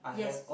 yes